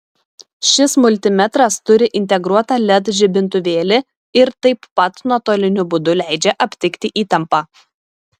šis multimetras turi integruotą led žibintuvėlį ir taip pat nuotoliniu būdu leidžia aptikti įtampą